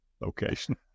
location